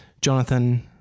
Jonathan